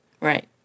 Right